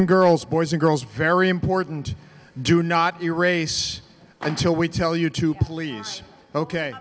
with girls boys and girls very important do not erase until we tell you to please ok